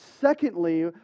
secondly